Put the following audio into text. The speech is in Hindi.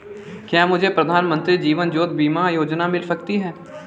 क्या मुझे प्रधानमंत्री जीवन ज्योति बीमा योजना मिल सकती है?